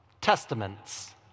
Testaments